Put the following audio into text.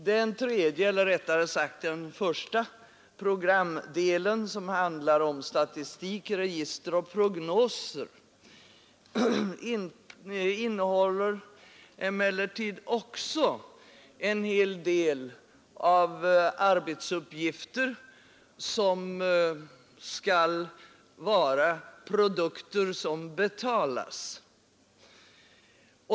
Den tredje, eller rättare sagt den första programdelen, som handlar om statistik, register och prognoser, innehåller emellertid också en hel del arbetsuppgifter gällande produkter som betalas.